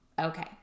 Okay